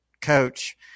coach